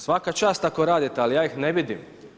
Svaka čast ako radite, ali ja ih ne vidim.